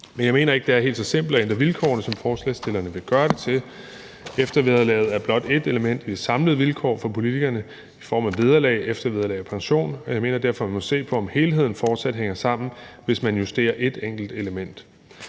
Men jeg mener ikke, at det er helt så simpelt at ændre vilkårene, som forslagsstillerne vil gøre det til. Eftervederlaget er blot ét element blandt de samlede vilkår for politikerne i form af vederlag, eftervederlag og pension, og jeg mener derfor, at vi må se på, om helheden fortsat hænger sammen, hvis man justerer et enkelt element.